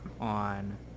on